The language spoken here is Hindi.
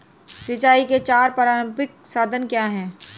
सिंचाई के चार पारंपरिक साधन क्या हैं?